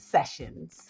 Sessions